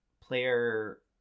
Player